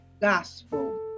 Gospel